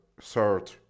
third